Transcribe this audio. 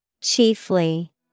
Chiefly